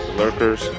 lurkers